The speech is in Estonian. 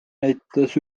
näitas